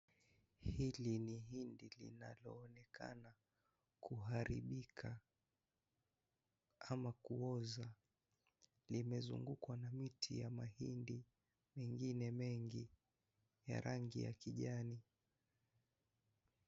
Hili ni hindi linaloonekana kuharibika ama kuoza . Mmea huu umezungukwa na mimea nyingine ya mahindi ya rangi ya kijani.